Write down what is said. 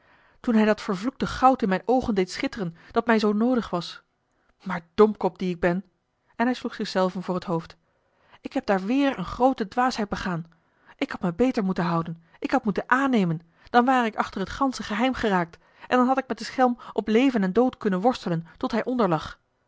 toen hij dat vervloekte goud in mijne oogen deed schitteren dat mij zoo noodig was maar domkop die ik ben en hij sloeg zich zelven voor het hoofd ik heb daar weêr eene groote dwaasheid begaan ik had mij beter moeten houden ik had moeten aannemen dan ware ik achter het gansche geheim geraakt en dan had ik met den schelm op leven en dood kunnen worstelen tot hij onderlag